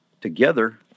Together